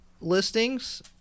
listings